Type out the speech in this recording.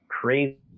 crazy